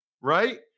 right